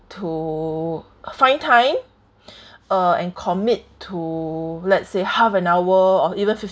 to find time uh and commit to let's say half an hour or even